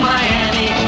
Miami